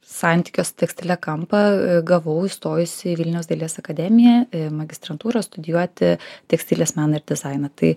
santykio su tekstile kampą gavau įstojusi į vilniaus dailės akademiją magistrantūrą studijuoti tekstilės meną ir dizainą tai